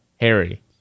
Harry